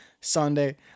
Sunday